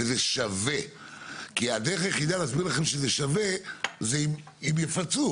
וזה שווה כי הדרך היחידה להסביר לכם שזה שווה זה אם יפצו,